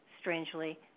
strangely